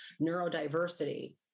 neurodiversity